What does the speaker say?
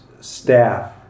staff